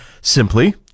Simply